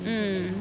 mm